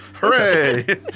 Hooray